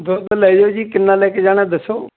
ਦੁੱਧ ਲੈ ਜੋ ਜੀ ਕਿੰਨਾ ਲੈ ਕੇ ਜਾਣਾ ਦੱਸੋ